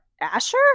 Asher